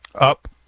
Up